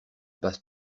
passe